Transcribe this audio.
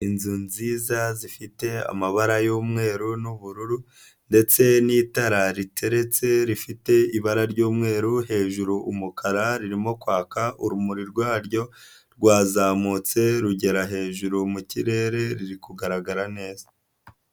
Inzu nziza zifite amabara y'umweru n'ubururu, ndetse n'itara riteretse, rifite ibara ry'umweru hejuru umukara, ririmo kwaka urumuri rwaryo rwazamutse rugera hejuru mu kirere rikugaragara neza.